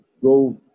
Go